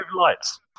lights